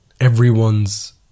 everyone's